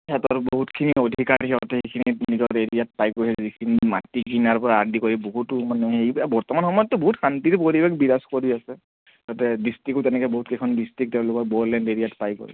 সিহঁতৰ বহুতখিনি অধিকাৰ সিহঁতে সেইখিনি নিজৰ এৰিয়াত পাই গৈ আছে যিখিনি মাটি কিনাৰ পৰা আদি কৰি বহুতো মানে সেই বৰ্তমান সময়ততো বহুত শান্তিৰে পৰিৱেশ বিৰাজ কৰি আছে তাতে ডিষ্ট্ৰিক্টো তেনেকৈ বহুত কেইখন ডিষ্ট্ৰিক্ট তেওঁলোকৰ বড়োলেণ্ড এৰিয়াত পাই গ'ল